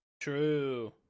True